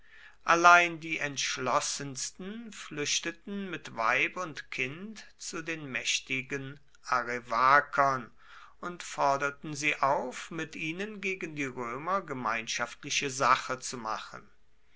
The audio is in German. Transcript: allein die entschlossensten flüchteten mit weib und kind zu den mächtigen arevakern und forderten sie auf mit ihnen gegen die römer gemeinschaftliche sache zu machen